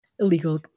Illegal